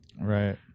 Right